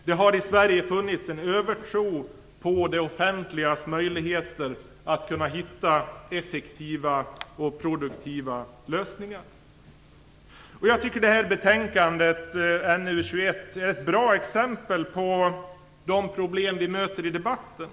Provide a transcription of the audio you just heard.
Det har i Sverige funnits en övertro på det offentligas möjligheter att hitta effektiva och produktiva lösningar. Jag tycker att betänkande NU21 är ett bra exempel på de problem som vi möter i debatten.